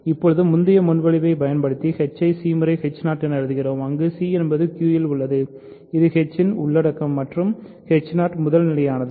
இப்போது முந்தைய முன்மொழிவைப் பயன்படுத்தி h ஐ c முறை என எழுதுகிறோம் அங்கு c என்பது Q இல் உள்ளது இது h இன் உள்ளடக்கம் மற்றும் முதல்நிலையானது